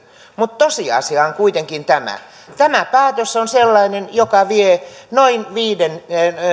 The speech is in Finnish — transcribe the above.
mutta tosiasia on kuitenkin tämä tämä päätös on sellainen joka vie noin